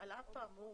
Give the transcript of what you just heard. "על אף האמור,